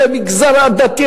במגזר הדתי,